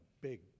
big